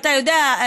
אתה יודע,